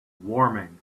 warming